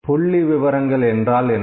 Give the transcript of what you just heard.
புள்ளிவிவரங்கள் என்றால் என்ன